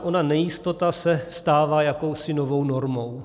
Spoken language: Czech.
Ona nejistota se stává jakousi novou normou.